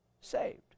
saved